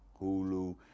Hulu